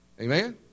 Amen